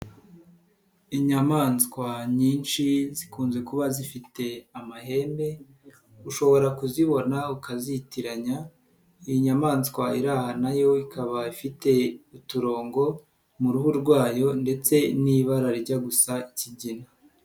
Inyamaswa nyinshi zikunze kuba zifite amahembe ushobora kuzibona ukazitiranya, iyi nyamaswa iri aha na yo ikaba ifite uturongo mu ruhu rwayo ndetse n'ibara rijya gusa ikigina.